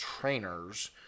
trainers